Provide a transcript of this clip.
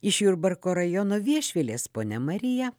iš jurbarko rajono viešvilės ponia marija